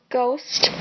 ghost